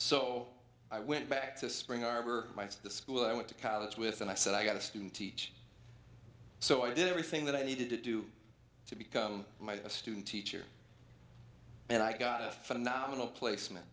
so i went back to spring arbor minds the school i went to college with and i said i got a student teach so i did everything that i needed to do to become my student teacher and i got a phenomenal placement